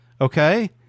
Okay